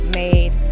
made